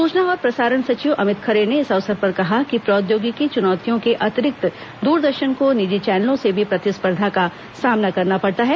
सूचना और प्रसारण सचिव अमित खरे ने इस अवसर पर कहा कि प्रौद्योगिकी चुनौतियों के अतिरिक्त द्रदर्शन को निजी चैनलों से भी प्रतिस्पर्धा का सामना करना पड़ता है